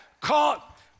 caught